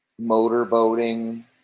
Motorboating